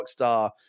Rockstar